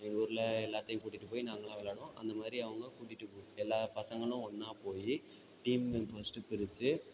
எங்கூரில் எல்லாத்தேயும் கூட்டிட்டு போய் நாங்கெல்லாம் விளையாடுவோம் அந்த மாதிரி அவங்க கூட்டிட்டு போ எல்லா பசங்களும் ஒன்றா போய் டீம்மு ஃபர்ஸ்ட்டு பிரித்து